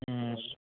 হুম